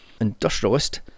industrialist